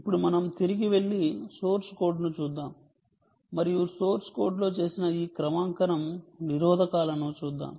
ఇప్పుడు మనం తిరిగి వెళ్లి సోర్స్ కోడ్ను చూద్దాం మరియు సోర్స్ కోడ్లో చేసిన ఈ క్రమాంకనం నిరోధకాలను చూద్దాం